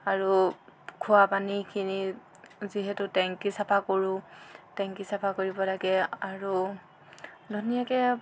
আৰু খোৱা পানীখিনি যিহেতু টেংকি চফা কৰো টেংকি চফা কৰিব লাগে আৰু ধুনীয়াকৈ